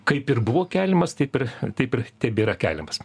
kaip ir buvo keliamas taip ir taip ir tebėra keliamas